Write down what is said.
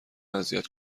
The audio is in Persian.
اذیت